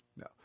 No